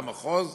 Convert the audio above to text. במחוז,